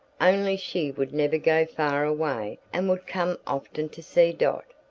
only she would never go far away and would come often to see dot.